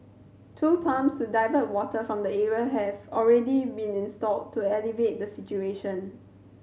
two pumps divert water from the area have already been installed to alleviate the situation